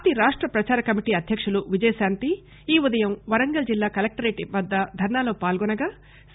party రాష్ట్ర ప్రచార కమిటీ అధ్యకురాలు విజయశాంతి ఈ ఉదయం వరంగల్ జిల్లా కలెక్టరేట్ వద్ద ధర్నాలో పాల్గొనగా సి